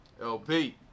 LP